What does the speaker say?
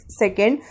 second